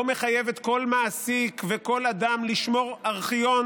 לא מחייבת כל מעסיק וכל אדם לשמור ארכיון